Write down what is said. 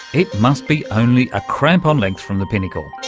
it must be only a crampon length from the pinnacle.